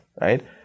right